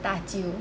大舅